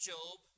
Job